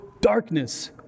darkness